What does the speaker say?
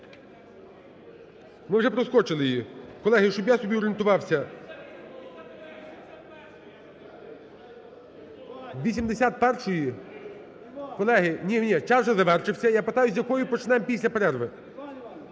Ми вже проскочили її. Колеги, щоб я собі орієнтувався. 81-ї? Колеги, ні-ні, час вже завершився. Я питаю, з якої почнемо після перерви?